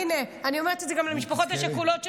הינה, אני אומרת את זה גם למשפחות השכולות שצופות.